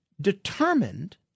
determined